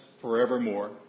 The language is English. forevermore